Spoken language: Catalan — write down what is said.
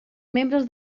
membres